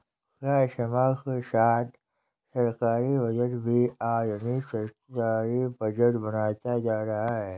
क्या समय के साथ सरकारी बजट भी आधुनिक सरकारी बजट बनता जा रहा है?